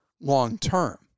long-term